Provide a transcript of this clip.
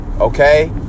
Okay